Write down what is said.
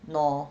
no